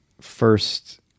first